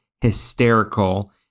hysterical